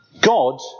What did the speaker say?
God